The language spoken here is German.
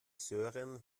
sören